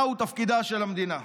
מהו תפקידה של המדינה?